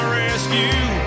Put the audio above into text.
rescue